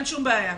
אין שום בעיה.